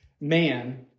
man